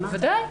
בוודאי.